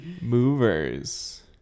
Movers